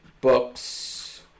books